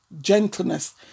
gentleness